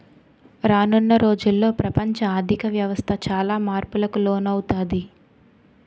రానున్న రోజుల్లో ప్రపంచ ఆర్ధిక వ్యవస్థ చాలా మార్పులకు లోనవుతాది